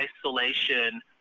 isolation